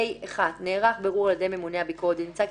(ה) (1) נערך בירור על ידי ממונה הביקורת ונמצא כי